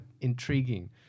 intriguing